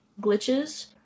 glitches